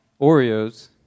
Oreos